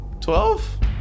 Twelve